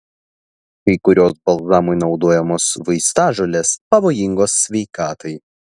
kai kurios balzamui naudojamos vaistažolės pavojingos sveikatai